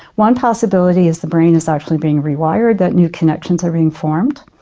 one possibility is the brain is actually being rewired, that new connections are being formed.